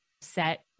set